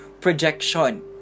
projection